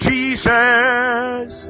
Jesus